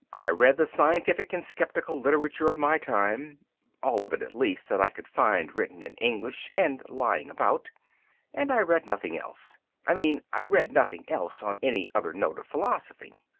i read the scientific and sceptical literature of my time all of it, at least, that i could find written in english and lying about and i read nothing else i mean i read nothing else on any other note of philosophy.